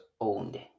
owned